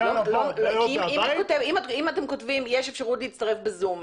אם אתם כותבים שיש אפשרות להצטרף ב-זום,